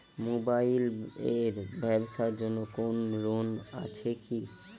Mobile এর ব্যাবসার জন্য কোন লোন আছে কি?